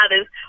others